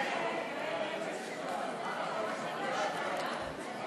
ההסתייגות (6) של חברי הכנסת שרן